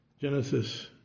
Genesis